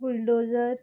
bulldozer